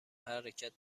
حرکت